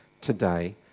today